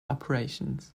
operations